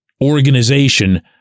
organization